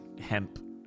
hemp